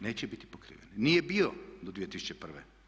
Neće biti pokriveni, nije bio do 2001.